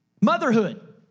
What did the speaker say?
Motherhood